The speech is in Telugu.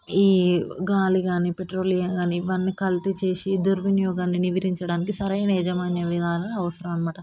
ఈ గాలి కానీ పెట్రోలియం కానీ ఇవన్నీ కల్తీ చేసి దుర్వినియోగాన్ని నివారించడానికి సరైన యాజమాన్య విధానం అవసరం అన్నమాట